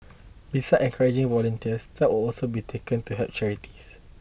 beside encouraging volunteers step also be taken to help charities